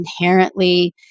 inherently